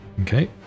okay